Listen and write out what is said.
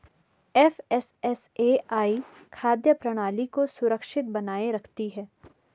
FSSAI खाद्य प्रणाली को सुरक्षित बनाए रखती है